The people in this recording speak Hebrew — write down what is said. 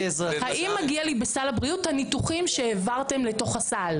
האם מגיע לי בסל הבריאות את הניתוחים שהעברתם לתוך הסל?